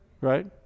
right